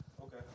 Okay